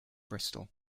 bristol